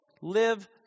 live